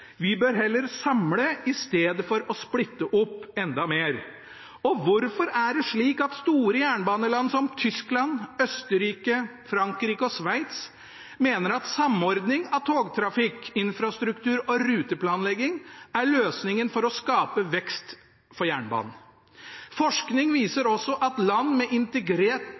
Vi bør heller samle i stedet for å splitte opp enda mer. Og hvorfor er det slik at store jernbaneland som Tyskland, Østerrike, Frankrike og Sveits mener at samordning av togtrafikk, infrastruktur og ruteplanlegging er løsningen for å skape vekst for jernbanen? Forskning viser også at land med integrert